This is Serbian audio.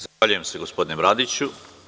Zahvaljujem se gospodine Bradiću.